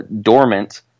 dormant